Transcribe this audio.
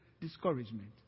discouragement